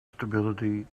stability